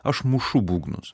aš mušu būgnus